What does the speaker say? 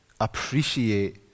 appreciate